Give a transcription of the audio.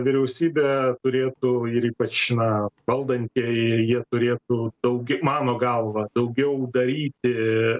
vyriausybė turėtų ir ypač na valdantieji jie turėtų daug mano galva daugiau daryti